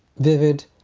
vivid,